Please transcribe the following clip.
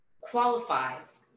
qualifies